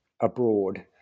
abroad